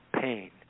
pain